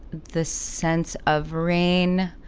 the sense of rain,